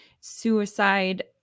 Suicide